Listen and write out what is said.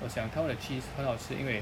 我想他们的 cheese 很好吃因为